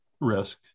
risk